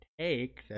take